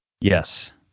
Yes